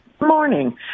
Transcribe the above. Morning